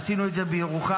עשינו את זה בירוחם,